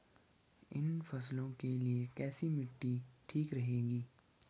इन फसलों के लिए कैसी मिट्टी ठीक रहेगी?